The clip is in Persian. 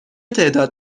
تعداد